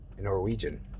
Norwegian